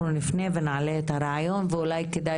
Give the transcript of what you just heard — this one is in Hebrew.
אז אנחנו נפנה ונעלה את הרעיון ואולי כדאי